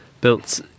built